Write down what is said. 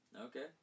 Okay